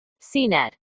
CNET